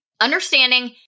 Understanding